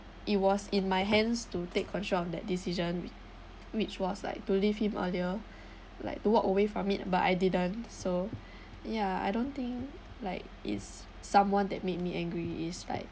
it was in my hands to take control of that decision which was like to leave him earlier like to walk away from it but I didn't so yeah I don't think like is someone that made me angry it's like